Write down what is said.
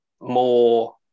more